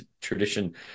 tradition